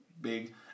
big